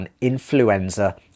influenza